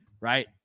right